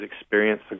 experience